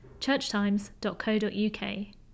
churchtimes.co.uk